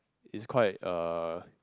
is quite uh